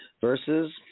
versus